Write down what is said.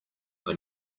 are